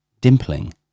dimpling